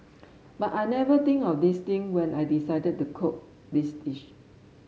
but I never think of these thing when I decided to cook this dish